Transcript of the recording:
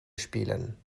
spielen